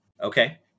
Okay